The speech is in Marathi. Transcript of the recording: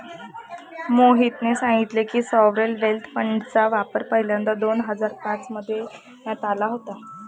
मोहितने सांगितले की, सॉवरेन वेल्थ फंडचा वापर पहिल्यांदा दोन हजार पाच मध्ये करण्यात आला होता